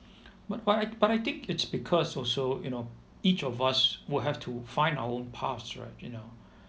but I but I think it's because also you know each of us would have to find our own pathS right you know